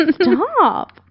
stop